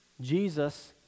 Jesus